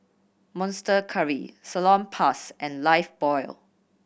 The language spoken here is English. Monster Curry Salonpas and Lifebuoy